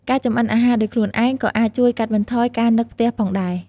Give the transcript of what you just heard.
ការចម្អិនអាហារដោយខ្លួនឯងក៏អាចជួយកាត់បន្ថយការនឹកផ្ទះផងដែរ។